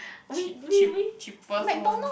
cheap cheap cheapest one